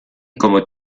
como